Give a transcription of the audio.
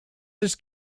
his